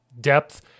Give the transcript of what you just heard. depth